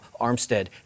Armstead